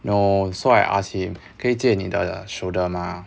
no so I asked him 可以借你的 shoulder 吗